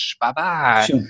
bye-bye